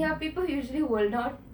ya people usually will not